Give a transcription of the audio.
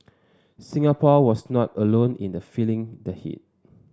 Singapore was not alone in the feeling the heat